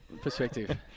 perspective